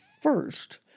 first